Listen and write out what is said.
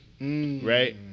right